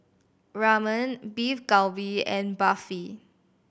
Ramen Beef Galbi and Barfi